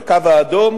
את הקו האדום,